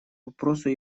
вопросу